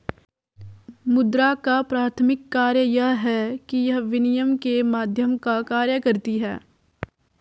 मुद्रा का प्राथमिक कार्य यह है कि यह विनिमय के माध्यम का कार्य करती है